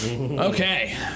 Okay